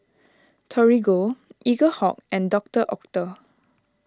Torigo Eaglehawk and Doctor Oetker